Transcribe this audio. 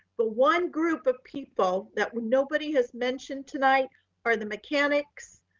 but one group of people that nobody has mentioned tonight are the mechanics,